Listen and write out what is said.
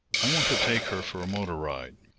i want to take her for a motor ride.